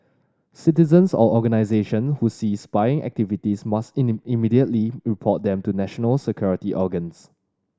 citizens or organisation who see spying activities must immediately report them to national security organs